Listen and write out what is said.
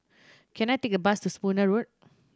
can I take a bus to Spooner Road